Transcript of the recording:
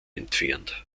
entfernt